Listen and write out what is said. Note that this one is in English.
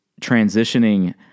transitioning